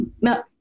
No